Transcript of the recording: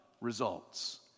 results